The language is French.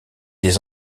des